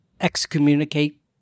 excommunicate